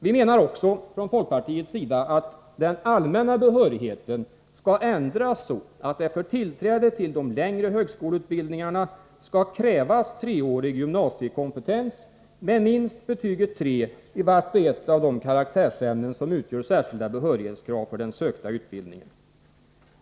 Vi menar också från folkpartiets sida att den allmänna behörigheten skall 135 ändras så, att det för tillträde till de längre högskoleutbildningarna skall krävas treårig gymnasiekompetens med minst betyget 3 i vart och ett av de karaktärsämnen som utgör särskilda behörighetskrav för den sökta utbildningen.